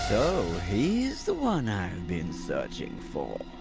so he is the one i've been searching for.